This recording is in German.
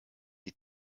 die